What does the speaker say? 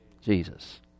Jesus